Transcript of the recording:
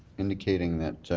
indicating that